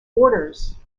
orders